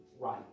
right